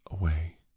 Away